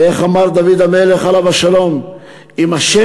איך אמר דוד המלך עליו השלום: "אם ה'